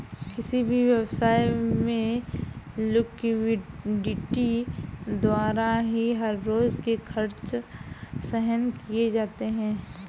किसी भी व्यवसाय में लिक्विडिटी द्वारा ही हर रोज के खर्च सहन किए जाते हैं